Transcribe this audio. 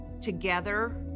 Together